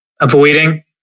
avoiding